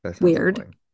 Weird